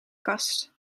kast